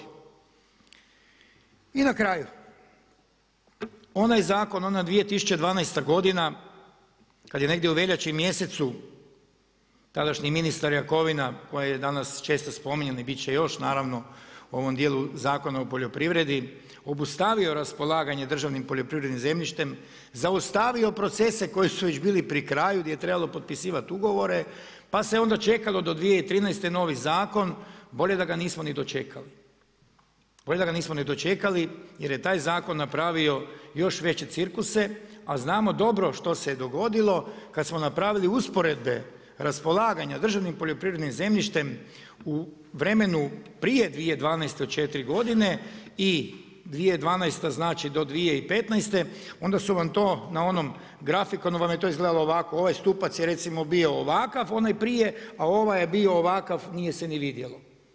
I na kraju, onaj zakon, ona 2012. godina kada je negdje u veljači, mjesecu, tadašnji ministar Jakovina koji je danas često spominjan i biti će i još, naravno u ovom dijelu Zakon o poljoprivredi obustavio raspolaganje državnim poljoprivrednim zemljištem, zaustavio procese koji su već bili pri kraju, gdje je trebalo potpisivati ugovore, pa se onda čekalo do 2013. novi zakon, bolje da ga nismo ni dočekali, bolje da ga nismo ni dočekali jer je taj zakon napravio još veće cirkuse, a znamo dobro što se dogodilo kada smo napravili usporedbe raspolaganja državnim poljoprivrednim zemljištem u vremenu prije 2012. od 4 godine i 2012. znači do 2015., onda su vam to na onom grafikonu vam je to izgledalo ovako, ovaj stupac je recimo bio ovakav, onaj prije, a ovaj je bio ovakav, nije se ni vidjelo.